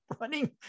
running